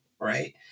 Right